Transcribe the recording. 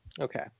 Okay